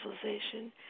civilization